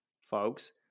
folks